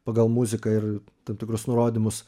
pagal muziką ir tam tikrus nurodymus